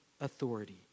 authority